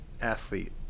athlete